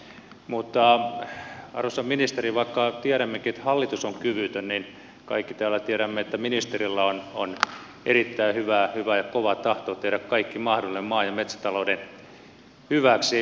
mutta arvoisa ministeri vaikka tiedämmekin että hallitus on kyvytön niin kaikki täällä tiedämme että ministerillä on erittäin hyvä ja kova tahto tehdä kaikki mahdollinen maa ja metsätalouden hyväksi